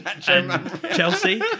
Chelsea